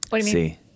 See